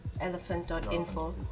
elephant.info